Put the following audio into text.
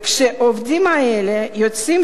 כשעובדים אלה יוצאים